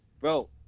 bro